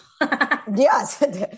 Yes